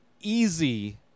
easy